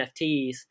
nfts